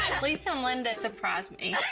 lisa and linda surprised me.